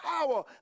power